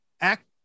act